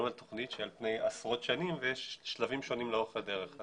זאת תכנית על פני עשרות שנים ויש שלבים שונים לאורך הדרך.